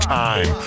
time